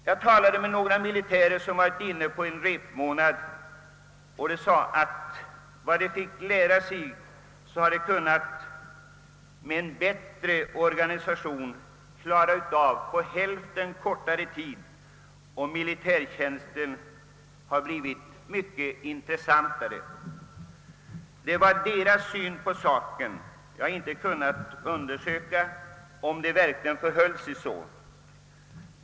Jag har talat med några personer som varit inne på repmånad, och de sade att vad de då fick lära sig skulle de med en bättre organisation ha kunnat klara av på hälften av denna tid — och militärtjänsten hade blivit mycket intressantare. Det var deras syn på saken. Jag har inte kunnat undersöka om det verkligen förhöll sig så.